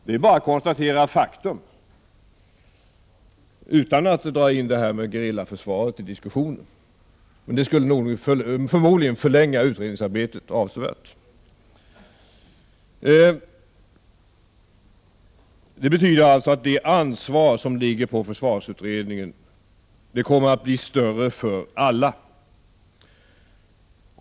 Det är bara att konstatera faktum — alldeles utan att dra in gerillaförsvaret i diskussionen. En sådan diskussion skulle förmodligen förlänga utredningsarbetet avsevärt. Det ansvar som ligger på försvarsutredningen kommer att bli större för alla.